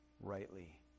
rightly